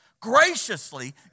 graciously